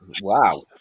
Wow